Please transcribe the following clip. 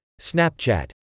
Snapchat